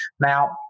Now